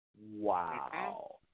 Wow